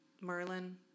Merlin